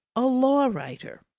a law-writer.